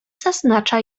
zaznacza